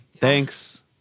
thanks